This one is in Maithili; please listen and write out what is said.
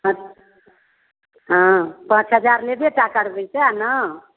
पाँच हँ पाँच हजार लेबे टा करबै सएह ने